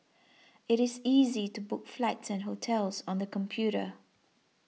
it is easy to book flights and hotels on the computer